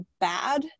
bad